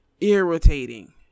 irritating